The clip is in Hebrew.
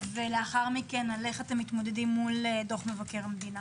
ועל איך אתם מתמודדים מול דוח מבקר המדינה.